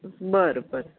बरं बरं